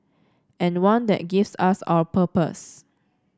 and one that gives us our purpose